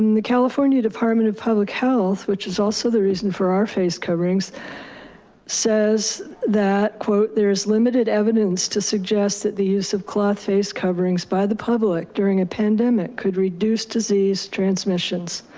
and the california department of public health which is also the reason for our face coverings says that, quote, there is limited evidence to suggest that the use of cloth face coverings by the public during a pandemic could reduce disease transmissions.